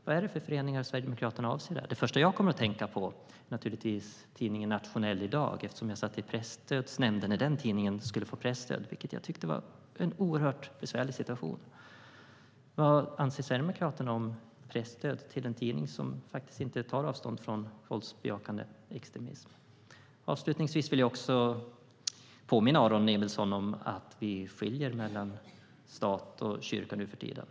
Vilka föreningar avser Sverigedemokraterna? Det första jag kommer att tänka på är tidningen Nationell Idag, eftersom jag satt i Presstödsnämnden när den skulle få presstöd. Jag tyckte att det var en oerhört besvärlig situation. Vad anser Sverigedemokraterna om pressstöd till en tidning som inte tar avstånd från våldsbejakande extremism? Avslutningsvis vill jag påminna Aron Emilsson om att vi skiljer mellan stat och kyrka nuförtiden.